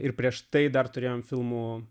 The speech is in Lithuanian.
ir prieš tai dar turėjome filmuoti